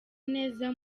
neza